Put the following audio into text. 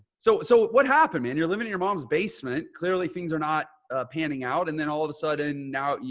so so, what happened, man? you're living in your mom's basement. clearly things are not panning out. and then all of a sudden, now,